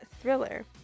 Thriller